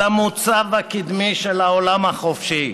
למוצב הקדמי של העולם החופשי.